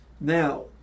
Now